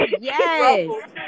yes